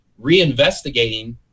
reinvestigating